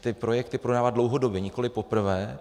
Ty projekty podává dlouhodobě, nikoliv poprvé.